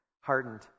Hardened